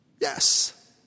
Yes